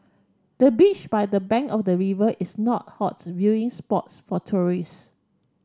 the bench by the bank of the river is not hot viewing spots for tourists